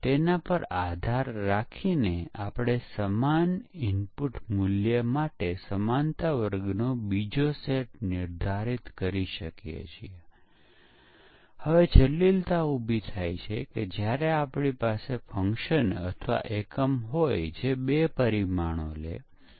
તેથી કોઈપણ સોફ્ટવેર માટે સપર્યાપ્ત પરીક્ષણની જરૂર હોય છે પરંતુ પ્રથમ આપણે પ્રશ્નનો જવાબ આપવો જરૂરી છે કેકેવી રીતે કોઈ સોફ્ટવેર પરીક્ષણ કરે છે